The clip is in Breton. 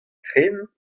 tren